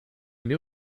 knew